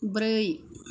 ब्रै